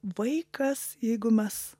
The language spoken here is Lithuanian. vaikas jeigu mes